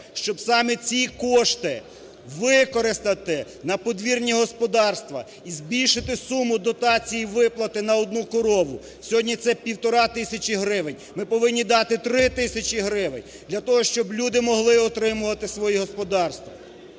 щоб саме ці кошти використати на подвірні господарства і збільшити суму дотації виплати на одну корову, сьогодні це півтори тисячі гривень. Ми повинні дати три тисячі гривень для того, щоб люди могли утримувати свої господарства.